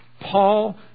Paul